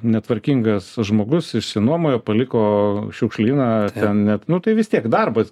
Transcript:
netvarkingas žmogus išsinuomojo paliko šiukšlyną net nu tai vis tiek darbas